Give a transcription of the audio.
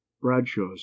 Bradshaw's